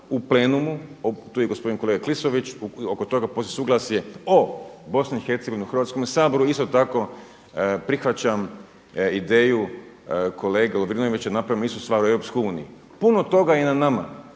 u plenumu, tu je gospodin kolega Klisović oko toga postoji suglasje o BiH u Hrvatskome saboru. Isto tako prihvaćam ideju kolege Lovrinovića napravimo istu stvar u EU. Puno toga je na nama,